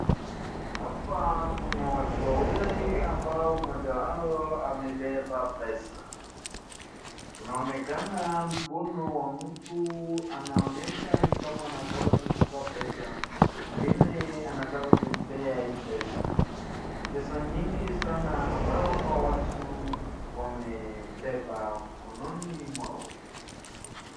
Hapa kuna watu wawili ambao mmoja wao amebeba pesa. Kunaonekana mkono wa mtu anaonyesha ni kama anataka kuchukua pesa, mwingine anataka kumpea hii pesa. Ni pesa nyingi sana ambao hao watu wamebeba mkononi mwao.